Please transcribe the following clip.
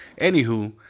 anywho